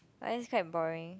but that's quite boring